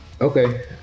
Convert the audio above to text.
okay